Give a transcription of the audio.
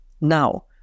Now